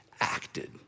acted